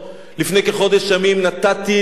לפני כחודש ימים נתתי לנתניהו,